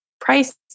price